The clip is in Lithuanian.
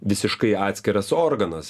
visiškai atskiras organas